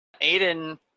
Aiden